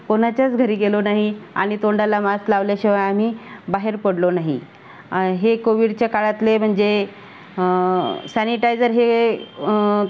कोणाच्याच घरी गेलो नाही आणि तोंडाला मास्क लावल्याशिवाय आम्ही बाहेर पडलो नाही हे कोविडच्या काळातले म्हणजे सॅनिटायझर हे